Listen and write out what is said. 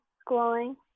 schooling